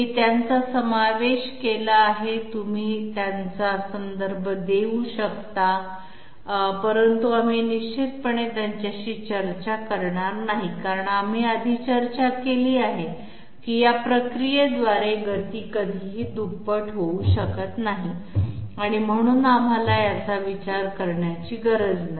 मी त्यांचा समावेश केला आहे तुम्ही त्यांचा संदर्भ घेऊ शकता परंतु आम्ही निश्चितपणे त्यांच्याशी चर्चा करणार नाही कारण आम्ही आधी चर्चा केली आहे की या प्रक्रियेद्वारे गती कधीही दुप्पट होऊ शकत नाही म्हणून आम्हाला याचा विचार करण्याची गरज नाही